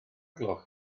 gloch